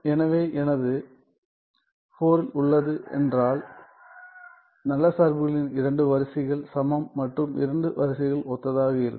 எனவே எனது IV உள்ளது என்றால் நல்ல சார்புகளின் இரண்டு வரிசைகள் சமம் மற்றும் இரண்டு வரிசைகள் ஒத்ததாக இருக்கும்